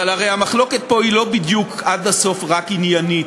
אבל הרי המחלוקת פה היא לא בדיוק עד הסוף רק עניינית,